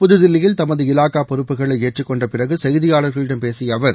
புதுதில்லியில் தமது இலாகா பொறுப்புகளை ஏற்றுக் கொண்ட பிறகு செய்தியாளர்களிடம் பேசிய அவர்